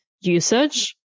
usage